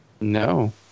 No